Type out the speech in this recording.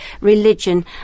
religion